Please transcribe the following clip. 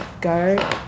Go